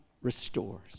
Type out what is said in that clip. restores